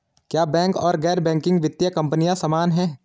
क्या बैंक और गैर बैंकिंग वित्तीय कंपनियां समान हैं?